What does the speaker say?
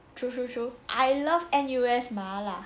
true true true I love N_U_S 麻辣